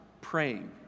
praying